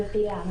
למה?